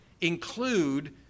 include